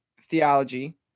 theology